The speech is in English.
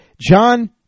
John